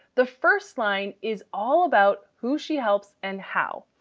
the first line is all about who she helps and how.